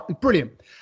brilliant